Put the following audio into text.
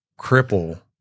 cripple